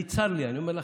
אני, צר לי, אני אומר לכם,